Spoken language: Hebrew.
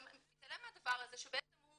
מהדבר הזה שבעצם הוא